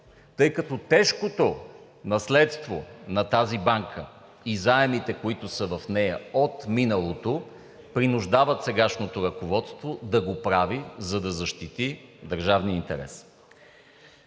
тъй като тежкото наследство на тази банка и заемите, които са в нея от миналото, принуждават сегашното ръководство да го прави, за да защити държавния интерес.